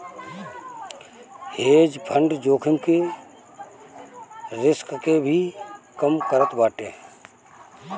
hedge fund जोखिम के risk के भी कम करत बाटे